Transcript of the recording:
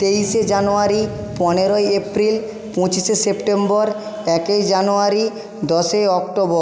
তেইশে জানুয়ারি পনেরোই এপ্রিল পঁচিশে সেপ্টেম্বর একেই জানুয়ারি দশই অক্টোবর